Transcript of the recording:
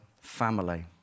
family